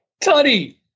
Tuddy